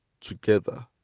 together